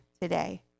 today